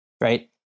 right